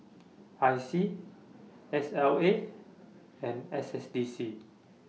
I C S L A and S S D C